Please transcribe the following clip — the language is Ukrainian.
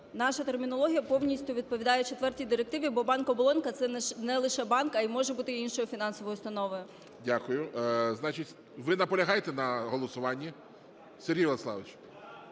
Наша термінологія повністю відповідає четвертій Директиві, бо банк-оболонка, це не лише банк, а й може бути іншою фінансовою установою. ГОЛОВУЮЧИЙ. Дякую. Ви наполягаєте на голосуванні,